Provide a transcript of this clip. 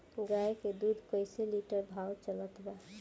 गाय के दूध कइसे लिटर भाव चलत बा?